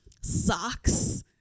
socks